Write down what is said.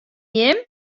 jim